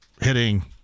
hitting